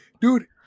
Dude